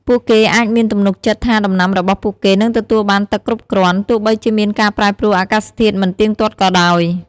ពួកគេអាចមានទំនុកចិត្តថាដំណាំរបស់ពួកគេនឹងទទួលបានទឹកគ្រប់គ្រាន់ ទោះបីជាមានការប្រែប្រួលអាកាសធាតុមិនទៀងទាត់ក៏ដោយ។